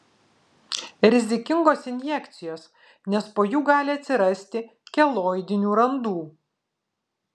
rizikingos injekcijos nes po jų gali atsirasti keloidinių randų